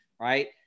right